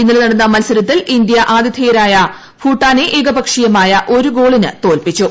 ഇന്നലെ നടന്ന മൽസരത്തിൽ ഇന്ത്യ ആതിഥേയരായ ഭൂട്ടാനെ ഏകപക്ഷീയമായ ഒരു ഗോളിന് തോൽപ്പിച്ചു